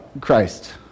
Christ